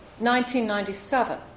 1997